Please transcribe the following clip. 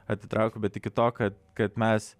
atitraukiu bet iki to kad kad mes